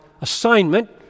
assignment